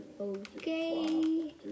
okay